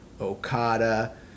Okada